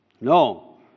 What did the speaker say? No